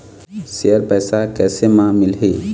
Share पैसा कैसे म मिलही?